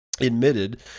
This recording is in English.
admitted